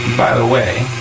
by the way,